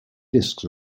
discs